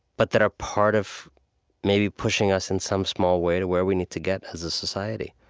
but that are part of maybe pushing us, in some small way, to where we need to get as a society?